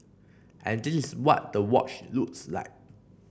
and this is what the watch looks like